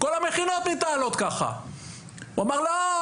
כל המכינות מתנהלות כך אמר: "לא,